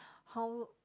how